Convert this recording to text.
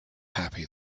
happy